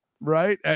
Right